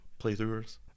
playthroughers